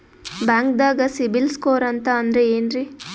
ಬ್ಯಾಂಕ್ದಾಗ CIBIL score ಅಂತ ಅಂದ್ರೆ ಏನ್ರೀ?